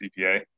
CPA